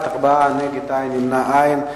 בעד, 4, נגד, אין, נמנעים אין.